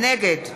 נגד